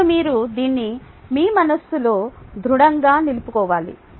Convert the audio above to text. ఇప్పుడు మీరు దీన్ని మీ మనస్సులో దృడoగా నిలుపుకొవాలి